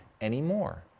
anymore